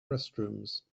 restrooms